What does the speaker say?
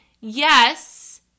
Yes